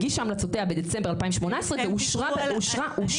הגישה המלצותיה בדצמבר 2018 ואושרה --- אני